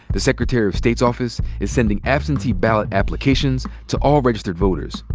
the secretary of state's office is sending absentee ballot applications to all registered voters.